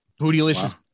Bootylicious